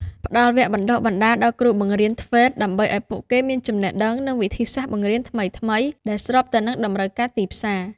ផ្តល់វគ្គបណ្តុះបណ្តាលដល់គ្រូបង្រៀន ធ្វេត TVET ដើម្បីឱ្យពួកគេមានចំណេះដឹង និងវិធីសាស្ត្របង្រៀនថ្មីៗដែលស្របទៅនឹងតម្រូវការទីផ្សារ។